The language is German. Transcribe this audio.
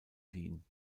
wien